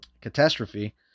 catastrophe